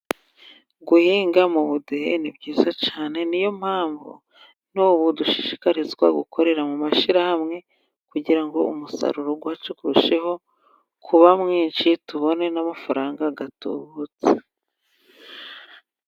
Guhinga mu budehe ni byiza cyane, niyo mpamvu n'ubu dushishikarizwa gukorera mu mashihamwe, kugira ngo umusaruro wacu urusheho kuba mwinshi, tubone n'amafaranga atubutse.